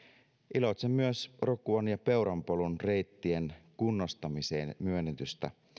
iloitsen myös rokuan ja peuran polun reittien kunnostamiseen myönnetystä